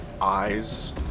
eyes